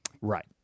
Right